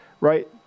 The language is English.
Right